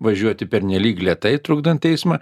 važiuoti pernelyg lėtai trukdant eismą